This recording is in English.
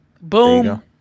Boom